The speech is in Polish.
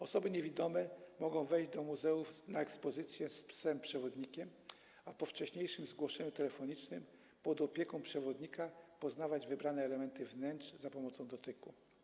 Osoby niewidome mogą wejść do muzeów na ekspozycje z psem przewodnikiem, a po wcześniejszym zgłoszeniu telefonicznym pod opieką przewodnika mogą poznawać wybrane elementy wnętrz za pomocą dotyku.